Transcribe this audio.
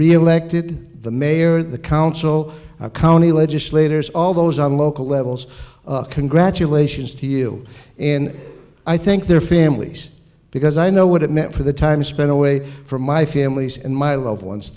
reelected the mayor the council county legislators all those on local levels congratulations to you and i think their families because i know what it meant for the time spent away from my families and my loved ones